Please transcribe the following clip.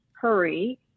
hurry